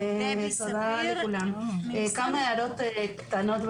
כמה הערות קטנות.